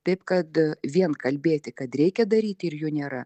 taip kad vien kalbėti kad reikia daryti ir jų nėra